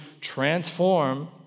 transform